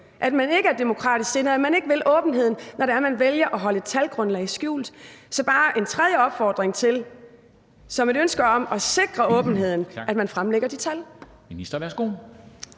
at man ikke er demokratisk sindet, at man ikke vil åbenheden, når det er, at man vælger at holde talgrundlag skjult. Så bare som et ønske om at sikre åbenheden vil jeg komme med